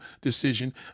decision